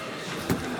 אלעזר שטרן,